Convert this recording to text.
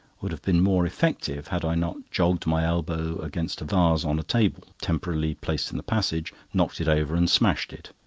would have been more effective had i not jogged my elbow against a vase on a table temporarily placed in the passage, knocked it over, and smashed it.